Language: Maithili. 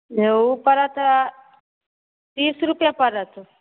जे ओ पड़त तीस रुपए पड़त